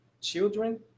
children